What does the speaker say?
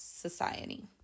society